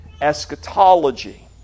eschatology